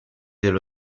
dello